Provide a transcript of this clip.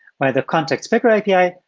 by the contacts picker api,